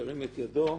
ירים את ידו.